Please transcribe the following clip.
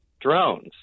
drones